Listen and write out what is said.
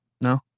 No